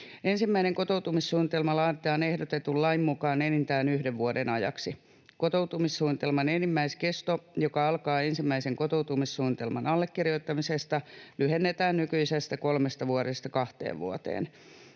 Ensimmäinen kotoutumissuunnitelma laaditaan ehdotetun lain mukaan enintään yhden vuoden ajaksi. Kotoutumissuunnitelman enimmäiskesto, joka alkaa ensimmäisen kotoutumissuunnitelman allekirjoittamisesta, lyhennetään nykyisestä kolmesta vuodesta kahteen vuoteen.